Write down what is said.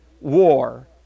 war